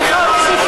הצבעה שמית.